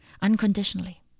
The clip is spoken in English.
Unconditionally